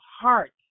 heart